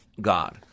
God